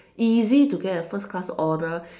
easy to get a first class honour